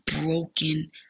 broken